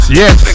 yes